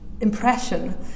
impression